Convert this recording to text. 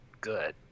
good